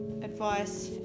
Advice